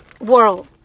world